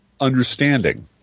understanding